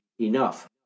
enough